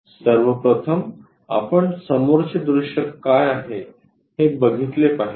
सर्व प्रथम आपण समोरचे दृश्य काय आहे हे बघीतले पाहिजे